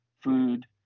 food